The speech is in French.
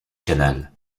canal